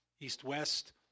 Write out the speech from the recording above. east-west